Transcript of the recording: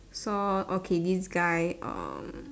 saw okay this guy um